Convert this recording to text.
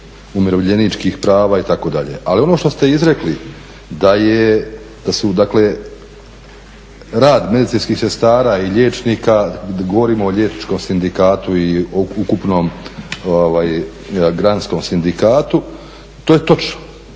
umirovljeničkih prava itd., ali ono što ste izrekli da su dakle rad medicinskih sestara i liječnika, govorimo o liječničkom sindikatu i o ukupnom granskom sindikatu, to je točno.